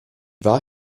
war